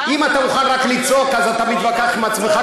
אם אתה מוכן רק לצעוק אז אתה מתווכח עם עצמך,